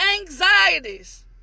anxieties